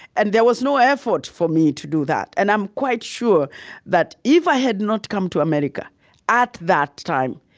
and there was no effort for me to do that. and i'm quite sure that if i had not come to america at that time,